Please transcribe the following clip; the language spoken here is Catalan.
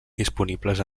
disponibles